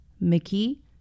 Mickey